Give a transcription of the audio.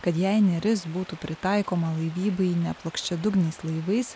kad jei neris būtų pritaikoma laivybai neplokščiadugniais laivais